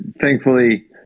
Thankfully